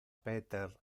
peter